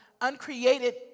uncreated